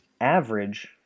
Average